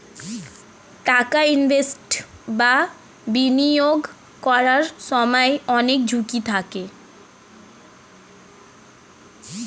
টাকা ইনভেস্ট বা বিনিয়োগ করার সময় অনেক ঝুঁকি থাকে